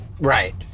Right